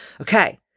Okay